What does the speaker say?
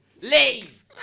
LEAVE